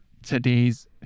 Today's